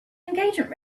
engagement